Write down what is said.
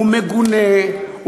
הוא מגונה,